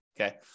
Okay